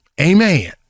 amen